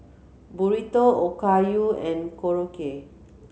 Burrito Okayu and Korokke